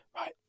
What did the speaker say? right